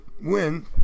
win